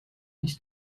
nicht